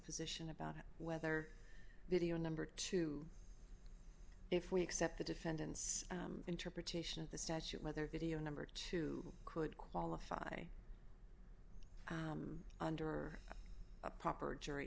position about it whether video number two if we accept the defendant's interpretation of the statute whether video number two could qualify under a proper jury